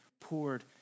poured